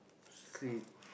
sleep